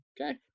Okay